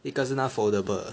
一个是那个 foldable 的